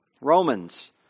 Romans